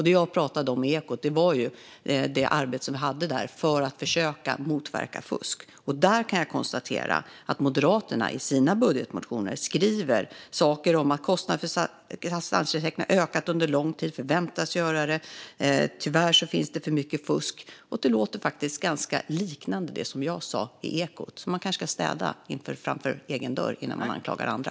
Det jag pratade om i Ekot var vårt arbete för att försöka motverka fusk. Där kan jag konstatera att Moderaterna i sina budgetmotioner skriver saker som att kostnaderna för assistansersättning har ökat under lång tid och förväntas fortsätta öka och att det tyvärr finns för mycket fusk. Det låter faktiskt ganska likt det jag sa i Ekot , så man kanske ska städa framför egen dörr innan man anklagar andra.